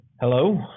Hello